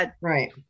Right